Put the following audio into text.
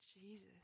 Jesus